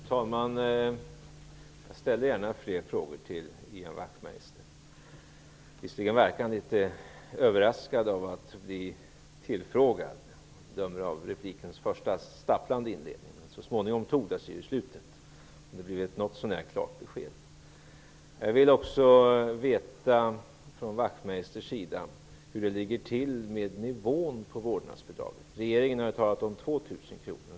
Herr talman! Jag ställer gärna fler frågor till Ian Wachtmeister. Av replikens stapplande inledning att döma verkade han litet överraskad över att bli tillfrågad, men så smånigom tog det sig. Det blev ett något så när klart besked. Jag vill också av Wachtmeister veta hur det ligger till med nivån på vårdnadsbidraget. Regeringen har talat om 2 000 kr.